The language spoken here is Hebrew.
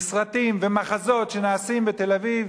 עם סרטים ומחזות שנעשים בתל-אביב,